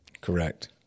Correct